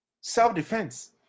Self-defense